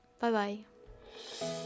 Bye-bye